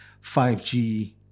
5G